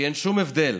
כי אין שום הבדל